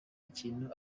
ikintu